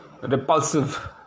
repulsive